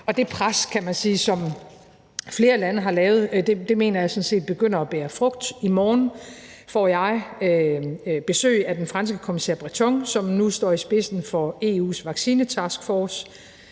Det pres, som flere lande har lagt, mener jeg sådan set begynder at bære frugt. Kl. 13:09 I morgen får jeg besøg af den franske kommissær Breton, som nu står i spidsen for EU's vaccinetaskforce.